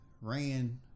ran